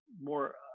more